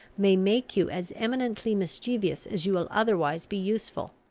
may make you as eminently mischievous as you will otherwise be useful.